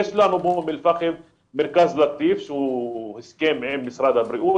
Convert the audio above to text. יש לנו באום אל-פאחם מרכז שהוא הסכם עם משרד הבריאות,